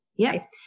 Yes